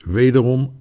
wederom